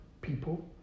people